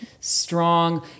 strong